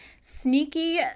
sneaky